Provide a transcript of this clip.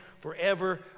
forever